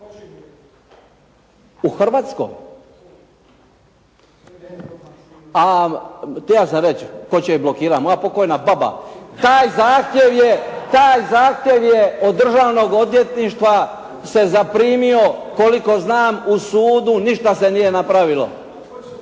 se ne čuje. A htio sam reći tko će je blokirat, moja pokojna baba. Taj zahtjev je od državnog odvjetništva se zaprimio koliko znam u sudu ništa se nije napravilo.